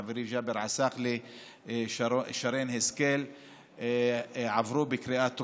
חברי ג'אבר עסאקלה ושרן השכל עברו בקריאה טרומית,